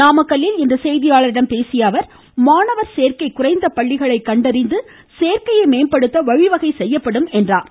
நாமக்கல்லில் இன்று செய்தியாளர்களிடம் பேசிய அவர் மாணவர் சேர்க்கை குறைந்த பள்ளிகளை கண்டறிந்து சேர்க்கையை மேம்படுத்த வழிவகை செய்யப்படும் என்று கூறினார்